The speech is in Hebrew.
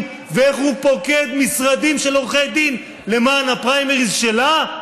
ואיך הוא פוקד משרדים של עורכי דין למען הפריימריז שלה?